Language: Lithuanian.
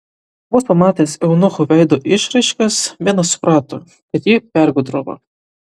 vos pamatęs eunuchų veido išraiškas venas suprato kad jį pergudravo